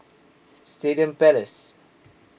Stadium Place